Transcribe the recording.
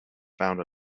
found